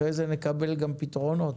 אחרי זה נקבל פתרונות,